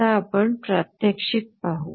आता आपण प्रात्यक्षिक पाहू